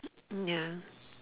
ya